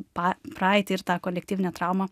pa praeitį ir tą kolektyvinę traumą